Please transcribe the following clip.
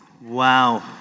Wow